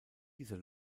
dieser